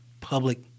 public